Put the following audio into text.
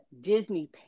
Disney